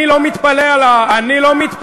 אני לא מתפלא עליך.